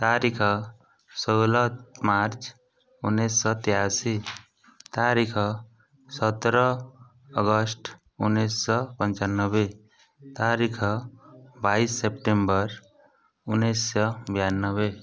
ତାରିଖ ଷୋହଳ ମାର୍ଚ୍ଚ ଉଣେଇଶହ ତେୟାଅଶୀ ତାରିଖ ସତର ଅଗଷ୍ଟ ଉଣେଇଶହ ପଞ୍ଚାନବେ ତାରିଖ ବାଇଶି ସେପ୍ଟେମ୍ବର ଉଣେଇଶହ ବୟାନବେ